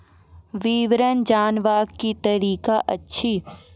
विवरण जानवाक की तरीका अछि?